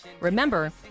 Remember